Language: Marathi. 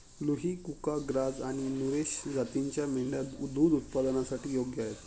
लुही, कुका, ग्राझ आणि नुरेझ जातींच्या मेंढ्या दूध उत्पादनासाठी योग्य आहेत